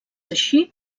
així